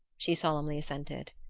she solemnly assented.